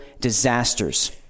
disasters